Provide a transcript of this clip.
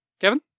Kevin